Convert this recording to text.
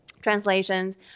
translations